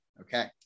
okay